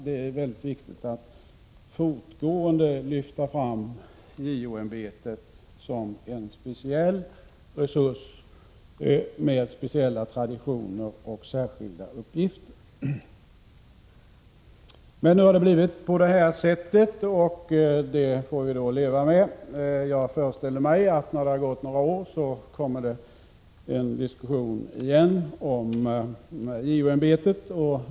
Det är väldigt viktigt att fortgående lyfta fram JO-ämbetet som en speciell resurs med speciella traditioner och särskilda uppgifter. Men nu har det blivit på det här sättet och det får vi leva med. Jag föreställer mig att när det har gått några år kommer det en diskussion igen om JO-ämbetet.